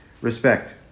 respect